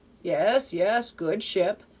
yes yes good ship!